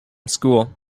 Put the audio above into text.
school